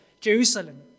Jerusalem